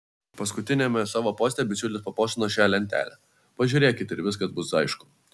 paskutiniame savo poste bičiulis papostino šią lentelę pažiūrėkit ir viskas bus aišku